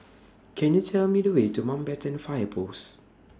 Can YOU Tell Me The Way to Mountbatten Fire Post